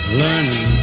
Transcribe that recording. learning